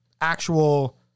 actual